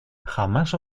jamás